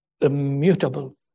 immutable